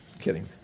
kidding